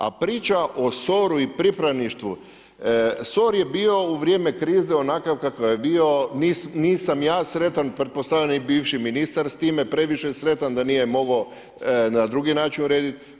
A priča o SOR-u i pripravništvu, SOR je bio u vrijeme krize onakav kakav je bio, nisam ja sretan, pretpostavljam ni bivši ministar s time, previše sretan da nije mogao na drugi način urediti.